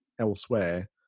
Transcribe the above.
elsewhere